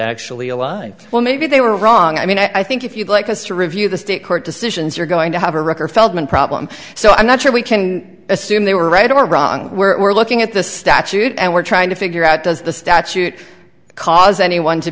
actually alive well maybe they were wrong i mean i think if you'd like us to review the state court decisions you're going to have a record feldman problem so i'm not sure we can assume they were right or wrong we're looking at the statute and we're trying to figure out does the statute cause anyone to